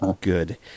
Good